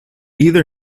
either